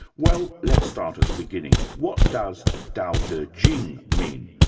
well, let's start at the beginning. what does dao de jing mean?